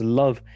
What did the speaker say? love